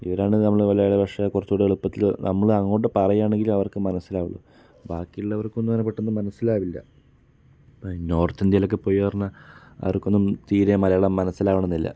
ഇവരാണ് നമ്മുടെ മലയാളഭാഷ കുറച്ചും കൂടെ എളുപ്പത്തില് നമ്മള് അങ്ങോട്ട് പറയുവാണെങ്കിലും അവർക്ക് മനസ്സിലാവുള്ളു ബാക്കിയുള്ളവർക്കൊന്നും അങ്ങനെ പെട്ടന്ന് മനസ്സിലാവില്ല നോർത്ത് ഇന്ത്യേയിലൊക്കെ പോയി പറഞ്ഞാൽ അവർക്കൊന്നും തീരെ മലയാളം മനസ്സിലാവണമെന്നില്ല